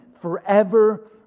forever